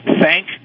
thank